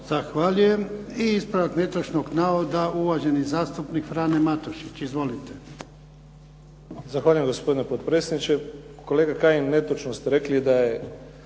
Zahvaljujem. I ispravak netočnog navoda uvaženi zastupnik Frane Matušić. Izvolite. **Matušić, Frano (HDZ)** Zahvaljujem gospodine potpredsjedniče. Kolega Kajin netočno ste rekli da je